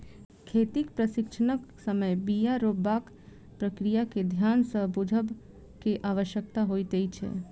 खेतीक प्रशिक्षणक समय बीया रोपबाक प्रक्रिया के ध्यान सँ बुझबअ के आवश्यकता होइत छै